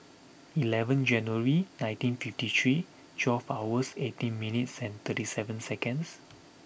eleventh January nineteen fifty three twelve hours eighteen minutes and thirty seven seconds